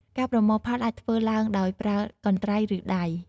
ការប្រមូលផលអាចធ្វើឡើងដោយប្រើ កន្ត្រៃ ឬ ដៃ។